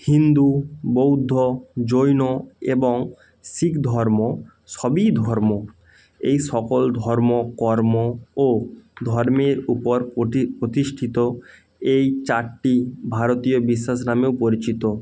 হিন্দু বৌদ্ধ জৈন এবং শিখ ধর্ম সবই ধর্ম এই সকল ধর্ম কর্ম ও ধর্মের উপর প্রতিষ্ঠিত এই চারটি ভারতীয় বিশ্বাস নামেও পরিচিত